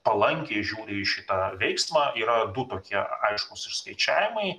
palankiai žiūri į šitą veiksmą yra du tokie aiškūs išskaičiavimai